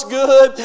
good